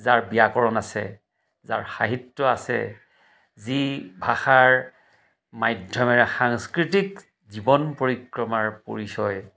যাৰ ব্যাকৰণ আছে যাৰ সাহিত্য আছে যি ভাষাৰ মাধ্যমেৰে সাংস্কৃতিক জীৱন পৰিক্ৰমাৰ পৰিচয়